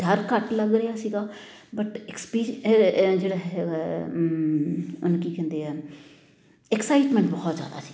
ਡਰ ਘੱਟ ਲੱਗ ਰਿਹਾ ਸੀਗਾ ਬਟ ਐਕਸਪੀਰੀਸ ਅ ਅ ਜਿਹੜਾ ਹੈਗਾ ਉਹਨੂੰ ਕੀ ਕਹਿੰਦੇ ਹੈ ਐਕਸਾਈਟਮੈਂਟ ਬਹੁਤ ਜ਼ਿਆਦਾ ਸੀ